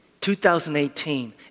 2018